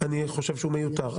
אני חושב שהוא מיותר.